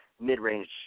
mid-range